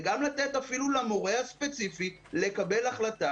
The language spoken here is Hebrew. וגם לתת אפילו למורה הספציפי לקבל החלטה.